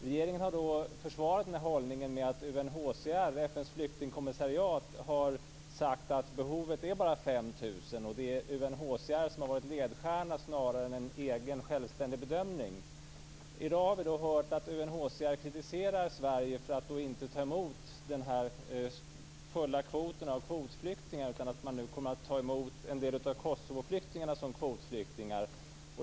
Regeringen har försvarat den här hållningen med att UNHCR, FN:s flyktingkommissariat, har sagt att behovet bara gäller 5 000. Och det är UNHCR som har varit ledstjärna snarare än en självständig bedömning. I dag har vi hört att UNHCR kritiserar Sverige för att man inte tar emot hela kvoten av kvotflyktingar utan nu kommer att ta emot en del av Kosovoflyktingarna som kvotflyktingar.